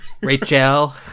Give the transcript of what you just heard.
Rachel